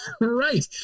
right